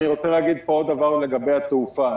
אני רוצה להגיד פה עוד דבר לגבי התעופה.